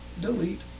delete